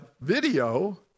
video